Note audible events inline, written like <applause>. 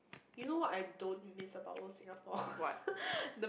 you know what I don't miss about old Singapore <laughs> the